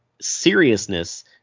seriousness